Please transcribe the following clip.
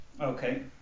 Okay